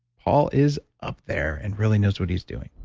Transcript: paul is up there and really knows what he's doing.